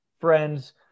friends